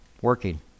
working